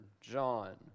John